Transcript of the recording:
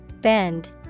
Bend